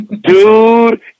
Dude